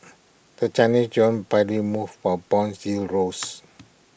the Chinese John barely moved while bonds yields rose